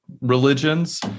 religions